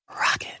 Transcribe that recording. Rocket